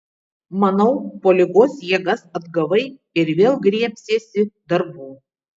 manau po ligos jėgas atgavai ir vėl griebsiesi darbų